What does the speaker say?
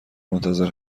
منتظر